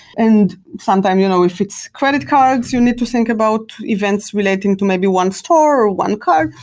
and sometimes you know if it's credit cards, you need to think about events relating to maybe one store or one card.